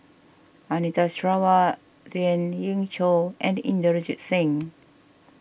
Anita Sarawak Lien Ying Chow and Inderjit Singh